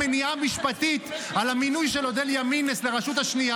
מניעה משפטית על המינוי של אודליה מינס לרשות השנייה,